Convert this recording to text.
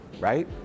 right